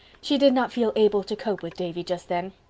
she did not feel able to cope with davy just then.